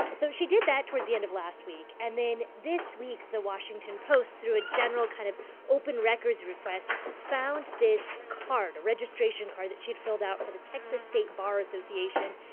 so she did that towards the end of last week and then this week, the washington post threw a general kind of open records request, found this card registration card that she'd filled out for the texas state bar association.